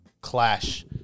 clash